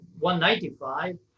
195